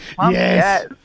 yes